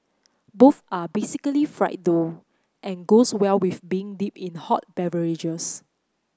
both are basically fried dough and goes well with being dipped in hot beverages